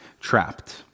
trapped